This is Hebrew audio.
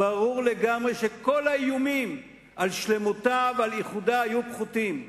ברור לגמרי שכל האיומים על שלמותה ועל איחודה היו פחותים.